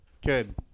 Good